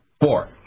Four